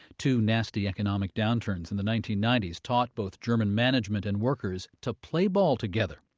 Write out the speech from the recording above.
two nasty economic downturns in the nineteen ninety s taught both german management and workers to play ball together.